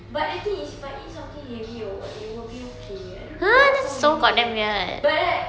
but the thing is if I eat something heavy or what it will be okay I don't know what's wrong with me but like